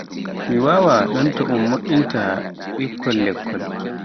mi wawaa ɗonto un mo'inntaa bikkol lekkol.